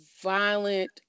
violent